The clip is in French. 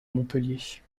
montpellier